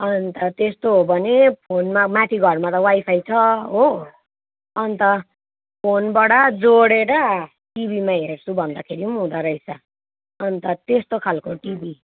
अन्त त्यस्तो हो भने फोनमा माथि घरमा त वाइफाई छ हो अन्त फोनबट जोडेर टिभीमा हेर्छु भन्दाखेरि पनि हुँदो रहेछ अन्त त्यस्तो खालको टिभी